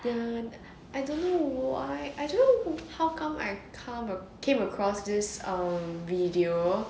um I don't know why I don't know how come I come came across this um video